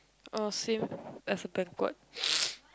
oh same as a banquet